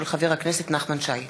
תודה.